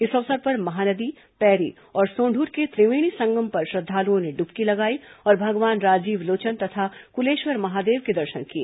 इस अवसर पर महानदी पैरी और सोंद्र के त्रिवेणी संगम पर श्रद्धालुओं ने डुबकी लगाई और भगवान राजीव लोचन तथा कुलेश्वर महादेव के दर्शन किए